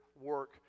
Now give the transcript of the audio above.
work